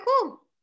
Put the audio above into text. cool